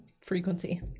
frequency